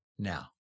Now